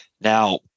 Now